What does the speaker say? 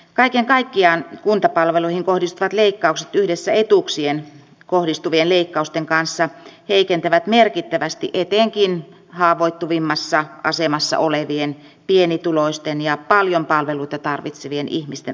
kaiken kaikkiaan kuntapalveluihin kohdistuvat leikkaukset yhdessä etuuksiin kohdistuvien leikkausten kanssa heikentävät merkittävästi etenkin haavoittuvimmassa asemassa olevien pienituloisten ja paljon palveluita tarvitsevien ihmisten asemaa